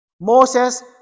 Moses